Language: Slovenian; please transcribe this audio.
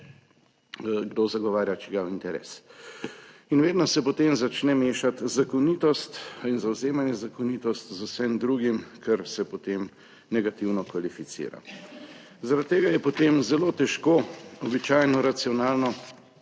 kdo zagovarja čigav interes. In vedno se potem začne mešati zakonitost in zavzemanje zakonitost z vsem drugim, kar se potem negativno kvalificira. Zaradi tega je potem zelo težko običajno racionalno